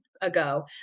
ago